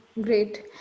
great